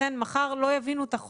קחו בחשבון שאין לנו דרך